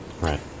Right